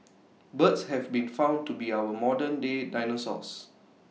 birds have been found to be our modernday dinosaurs